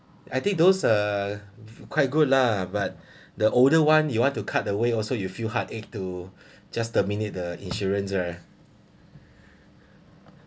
I think those are quite good lah but the older one you want to cut away also you feel heart ache to just terminate the insurance uh